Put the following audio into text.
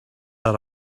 are